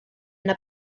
yna